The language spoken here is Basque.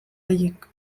haiek